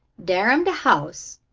dar am de house,